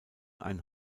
ein